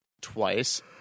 twice